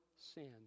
sin